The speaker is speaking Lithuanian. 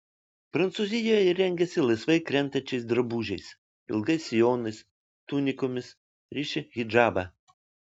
prancūzijoje ji rengiasi laisvai krentančiais drabužiais ilgais sijonais tunikomis ryši hidžabą